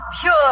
pure